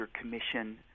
commission